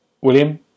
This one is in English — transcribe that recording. William